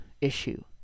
issue